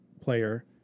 player